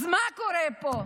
אז מה קורה פה?